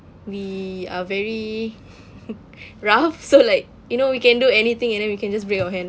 we are very rough so like you know we can do anything and then we can just break your hand